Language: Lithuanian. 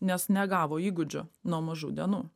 nes negavo įgūdžių nuo mažų dienų